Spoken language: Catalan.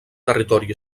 territori